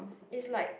is like